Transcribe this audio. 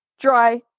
dry